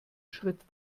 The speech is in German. schritt